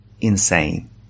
insane